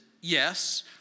yes